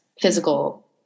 physical